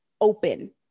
open